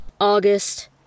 August